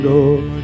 Lord